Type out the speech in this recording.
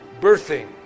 birthing